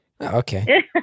Okay